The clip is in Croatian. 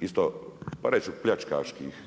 isto, pa reći ću pljačkaških